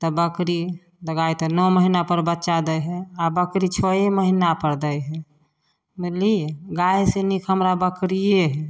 तऽ बकरी तऽ गाय तऽ नओ महीना पर बच्चा दै हइ आ बकरी छओ महीना पर दै हइ बुझली गाय से नीक हमरा बकरिये हइ